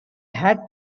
had